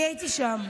אני הייתי שם.